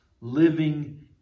living